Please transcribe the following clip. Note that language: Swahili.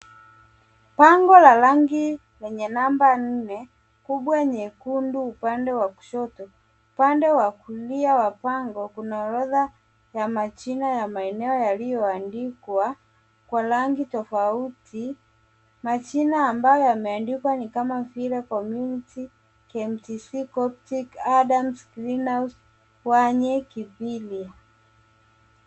Bango la rangi lenye namba nne kubwa nyekundu upande wa kushoto. Upande wa kulia wa bango kuna orodha ya majina ya maeneo yaliyoandikwa kwa rangi tofauti. Majina ambayo yameandikwa ni kama vile Community, KMTC, Coptic, Adams, Grenhouse Wanyee, Kithili.